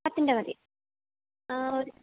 പത്തിൻ്റെ മതി ഒരു